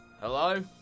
Hello